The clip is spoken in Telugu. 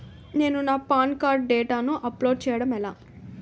నేను నా పాన్ కార్డ్ డేటాను అప్లోడ్ చేయడం ఎలా?